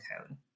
Code